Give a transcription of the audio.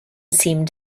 seemed